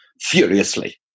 furiously